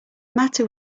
matter